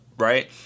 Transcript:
Right